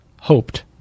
Hoped